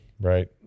right